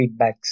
feedbacks